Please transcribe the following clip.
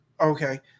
Okay